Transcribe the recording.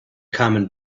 common